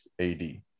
AD